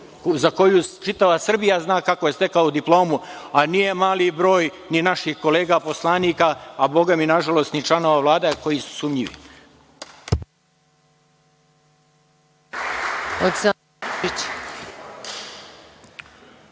za koju čitava Srbija zna kako je stekao diplomu, a nije mali broj ni naših kolega poslanika, a boga mi, nažalost, ni članova Vlade koji su sumnjivi.